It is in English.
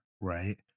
right